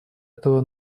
этого